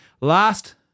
Last